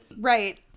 Right